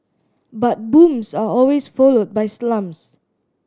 but booms are always followed by slumps